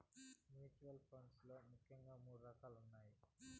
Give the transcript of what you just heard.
mutual funds లో ముఖ్యంగా మూడు రకాలున్నయ్